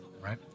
right